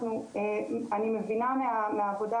אני מבינה מהעבודה,